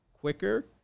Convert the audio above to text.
quicker